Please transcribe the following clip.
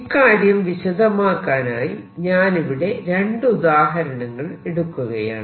ഇക്കാര്യം വിശദമാക്കാനായി ഞാനിവിടെ രണ്ട് ഉദാഹരണങ്ങൾ എടുക്കുകയാണ്